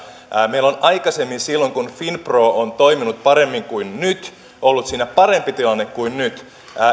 meillä on aikaisemmin silloin kun finpro on toiminut paremmin kuin nyt ollut siinä parempi tilanne kuin nyt